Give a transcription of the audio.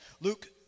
Luke